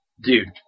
dude